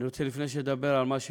אני רוצה שנדבר עליו.